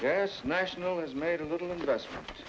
yes national has made a little investment